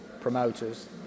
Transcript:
promoters